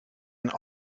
een